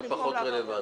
זה פחות רלוונטי.